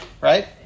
right